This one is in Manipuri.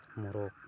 ꯃꯣꯔꯣꯛ